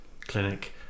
clinic